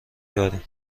داریم